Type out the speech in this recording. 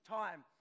time